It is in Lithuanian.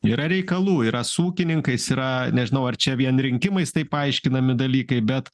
yra reikalų yra su ūkininkais yra nežinau ar čia vien rinkimais tai paaiškinami dalykai bet